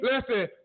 Listen